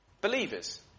believers